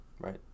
right